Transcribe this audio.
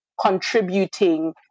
contributing